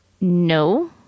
No